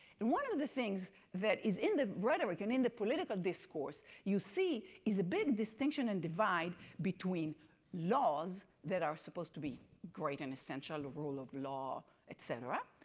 and one of the things that is in the rhetoric, and in the political discourse, you see is a big distinction and divide between laws that are supposed to be great and essential, rule of law etc,